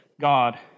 God